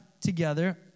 together